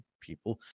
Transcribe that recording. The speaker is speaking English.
people